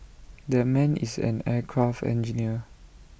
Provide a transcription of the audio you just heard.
that man is an aircraft engineer